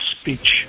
speech